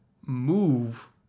move